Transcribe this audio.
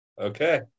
okay